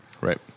right